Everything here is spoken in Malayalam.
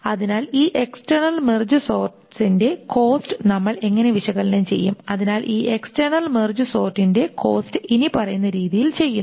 അതിനാൽ ഈ എക്സ്ടെർണൽ മെർജ് സോർട്ട്സിന്റെ കോസ്റ്റ് നമ്മൾ എങ്ങനെ വിശകലനം ചെയ്യും അതിനാൽ ഈ എക്സ്ടെർണൽ മെർജ് സോർട്ട്സിന്റെ കോസ്റ്റ് ഇനിപ്പറയുന്ന രീതിയിൽ ചെയ്യുന്നു